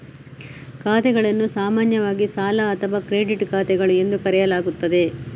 ಖಾತೆಗಳನ್ನು ಸಾಮಾನ್ಯವಾಗಿ ಸಾಲ ಅಥವಾ ಕ್ರೆಡಿಟ್ ಖಾತೆಗಳು ಎಂದು ಕರೆಯಲಾಗುತ್ತದೆ